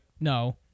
No